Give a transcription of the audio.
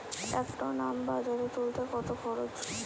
এক টন আম বাজারে তুলতে কত খরচ?